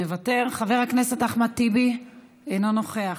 מוותר, חבר הכנסת אחמד טיבי, אינו נוכח,